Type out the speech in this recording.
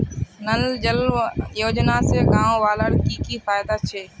नल जल योजना से गाँव वालार की की फायदा छे?